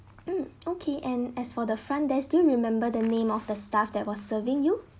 mm okay and as for the front desk do you remember the name of the staff that was serving you